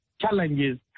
challenges